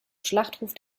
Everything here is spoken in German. schlachtruf